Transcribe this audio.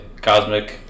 Cosmic